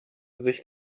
sicht